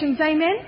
Amen